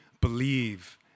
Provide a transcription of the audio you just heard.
believe